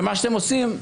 ומה שאתם עושים,